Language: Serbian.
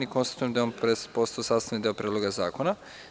Konstatujem da je on postao sastavni deo Predloga zakona.